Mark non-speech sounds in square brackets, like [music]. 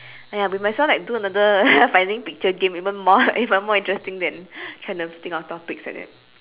!aiya! we might as well like do another [laughs] finding picture game even more [laughs] even more interesting than trying to think of topics like that